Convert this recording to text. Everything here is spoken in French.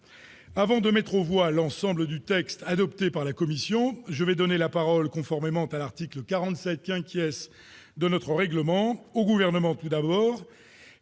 Avant de mettre aux voix l'ensemble du texte adopté par la commission, je vais donner la parole, conformément à l'article 47 de notre règlement, au Gouvernement, puis au